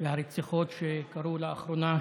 והרציחות שקרו לאחרונה.